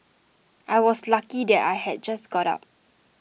I was lucky that I had just got up